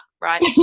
right